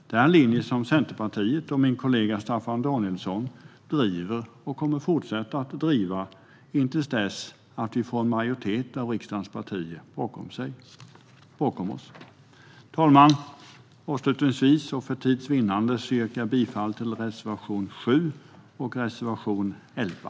Detta är en linje som Centerpartiet och min kollega Staffan Danielsson driver och kommer att fortsätta att driva till dess vi får en majoritet av riksdagens partier bakom oss. Fru talman! Avslutningsvis och för tids vinnande yrkar jag bifall till reservationerna 7 och 11.